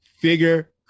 figure